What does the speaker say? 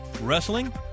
wrestling